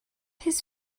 his